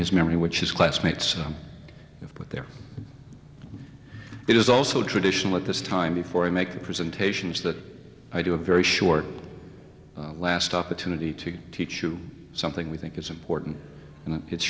his memory which is classmates but there is also tradition at this time before i make presentations that i do a very short last opportunity to teach you something we think is important